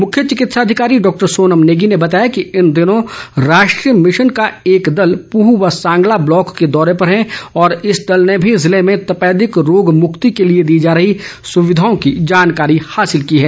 मुख्य विकित्सा अधिकारी डॉक्टर सोनम नेगी ने बताया कि इन दिनों राष्ट्रीय मिशन का एक दल पूह व सांगला ब्लॉक के दौरे पर है और इस दल ने भी जिले में तपेदिक रोग मुक्ति के लिए दी जा रही सुविधाओं की जानकारी हासिल की है